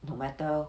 no matter